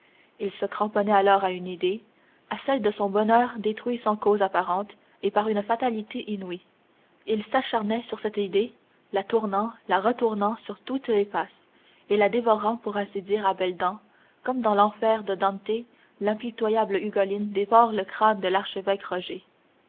il se cramponnait alors à une idée à celle de son bonheur détruit sans cause apparente et par une fatalité inouïe il s'acharnait sur cette idée la tournant la retournant sur toutes les faces et la dévorant pour ainsi dire à belles dents comme dans l'enfer de dante l'impitoyable ugolin dévore le crâne de l'archevêque